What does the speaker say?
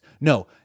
No